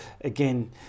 Again